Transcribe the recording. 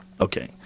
Okay